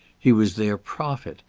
he was their prophet,